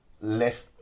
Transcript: left